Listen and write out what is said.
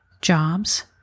jobs